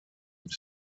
have